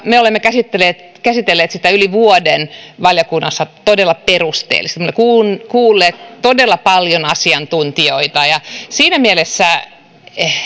me olemme käsitelleet sitä yli vuoden valiokunnassa todella perusteellisesti olemme kuulleet todella paljon asiantuntijoita siinä mielessä